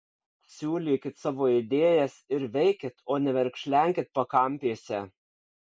siūlykit savo idėjas ir veikit o ne verkšlenkit pakampėse